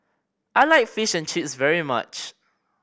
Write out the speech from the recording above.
I like Fish and Chips very much